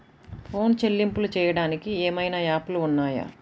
Phone చెల్లింపులు చెయ్యటానికి ఏవైనా యాప్లు ఉన్నాయా?